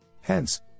Hence